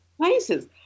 Places